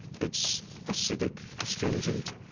it's acidic, astringent,